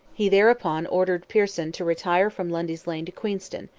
he thereupon ordered pearson to retire from lundy's lane to queenston,